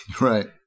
right